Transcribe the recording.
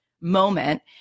moment